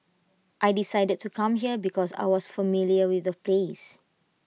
I decided to come here because I was familiar with the place